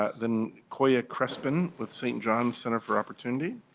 ah then koyya crespin with st. john's center for opportunity.